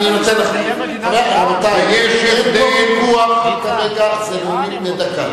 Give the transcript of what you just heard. הוא מציג אותי כאילו אני נגד המשפט העברי.